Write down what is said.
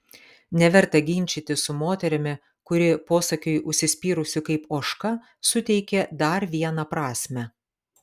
neverta ginčytis su moterimi kuri posakiui užsispyrusi kaip ožka suteikė dar vieną prasmę